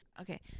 Okay